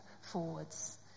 forwards